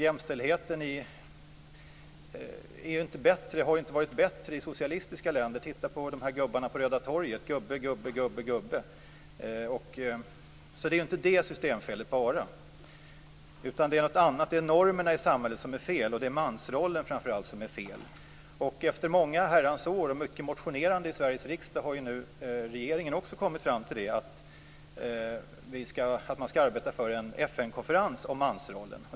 Jämställdheten är inte, och har inte varit, bättre i socialistiska länder. Titta på gubbarna på Röda torget - gubbe, gubbe och gubbe! Det handlar alltså inte bara om det systemfelet. Det är också något annat som är fel, nämligen normerna i samhället. Framför allt är mansrollen fel. Efter många herrans år och mycket motionerande i Sveriges riksdag har nu regeringen också kommit fram till att man ska arbeta för en FN-konferens om mansrollen.